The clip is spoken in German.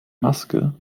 maske